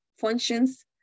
functions